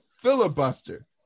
filibuster